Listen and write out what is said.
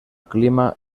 clima